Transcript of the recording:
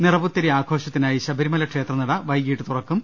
നിറപുത്തരി ആഘോഷത്തിനായി ശബരിമല ക്ഷേത്രനട ഇന്ന് വൈകീട്ട് തുറക്കും